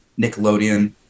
nickelodeon